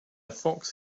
fox